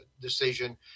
decision